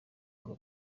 ngo